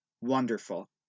wonderful